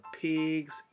pigs